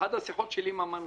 באחת השיחות שלי עם המנכ"ל,